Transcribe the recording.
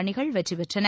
அணிகள் வெற்றி பெற்றன